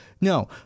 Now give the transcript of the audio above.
No